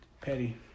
Petty